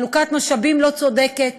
חלוקת משאבים לא צודקת,